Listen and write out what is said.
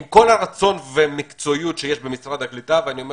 עם כל הרצון והמקצועיות שיש במשרד הקליטה ואני אומר